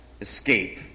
escape